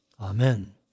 Amen